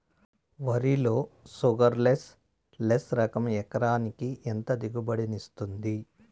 వరి లో sugarless less రకం ఎకరాకి ఎంత దిగుబడినిస్తుంది